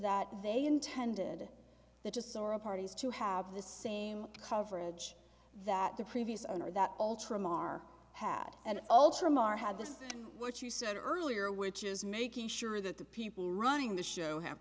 that they intended the just sort of parties to have the same coverage that the previous owner that ultram are had and ultram are have this is what you said earlier which is making sure that the people running the show have